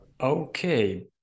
Okay